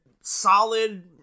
solid